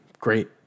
great